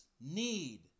need